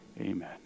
Amen